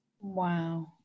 Wow